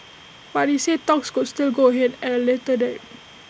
but he said talks could still go ahead at A later date